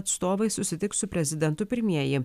atstovai susitiks su prezidentu pirmieji